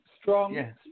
strong